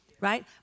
right